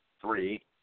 three